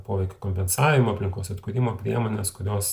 poveikio kompensavimo aplinkos atkūrimo priemones kurios